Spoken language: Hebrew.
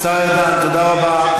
השר ארדן, תודה רבה.